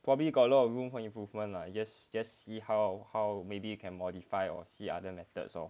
probably you got a lot of room for improvement lah just just see how how maybe you can modify or see other methods lor